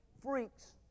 freaks